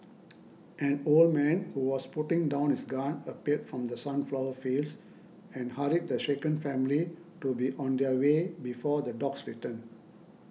an old man who was putting down his gun appeared from the sunflower fields and hurried the shaken family to be on their way before the dogs return